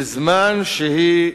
בזמן שהיא